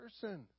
person